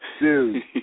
dude